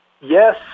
yes